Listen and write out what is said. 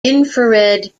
infrared